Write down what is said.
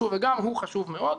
גם הוא חשוב מאוד.